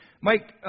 Mike